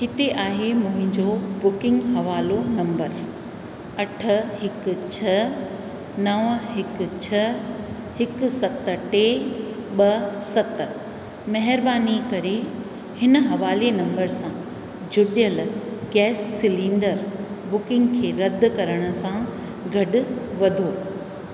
हिते आहे मुहिंजो बुकिंग हवालो नंबर अठ हिकु छ नव हिकु छ हिकु सत टे ॿ सत महिरबानी करे हिन हवाले नंबर सां जुॾियल गैस सिलेंडर बुकिंग खे रद्द करण सां गॾु वधो